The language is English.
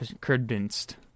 convinced